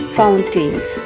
fountains